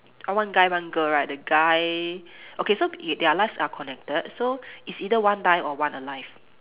uh one guy one girl right the guy okay so y~ their lives are connected so it's either one die or one alive